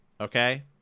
okay